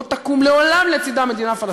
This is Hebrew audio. ולא תקום לעולם לצדה מדינה פלסטינית.